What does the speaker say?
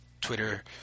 Twitter